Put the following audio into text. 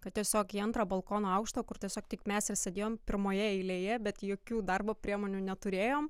kad tiesiog į antrą balkono aukštą kur tiesiog tik mes ir sėdėjom pirmoje eilėje bet jokių darbo priemonių neturėjom